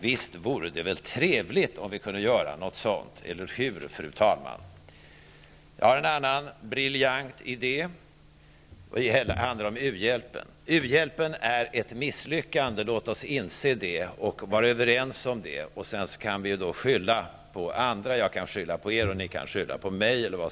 Visst vore det väl trevligt om vi kunde göra någonting sådant, eller hur, fru talman? Jag har en annan briljant idé när det gäller uhjälpen. U-hjälpen är ett misslyckande. Låt oss vara överens om det och inse det. Sedan kan vi ju skylla på andra. Jag kan skylla på er och ni kan skylla på mig.